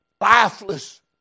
lifeless